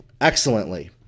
excellently